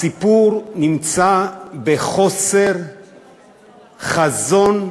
הסיפור נמצא בחוסר חזון,